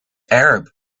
arab